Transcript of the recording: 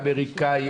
האמריקאי,